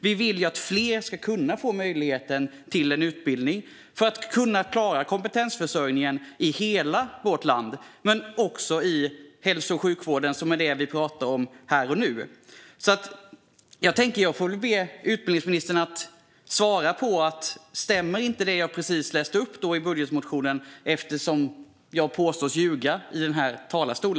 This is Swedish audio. Vi vill att fler ska få möjlighet till en utbildning för att man ska klara kompetensförsörjningen i hela vårt land men också i hälso och sjukvården som är det som vi pratar om här och nu. Jag får be utbildningsministern att svara på om inte det som jag läste upp från budgetpropositionen stämmer, eftersom jag påstås ljuga i denna talarstol.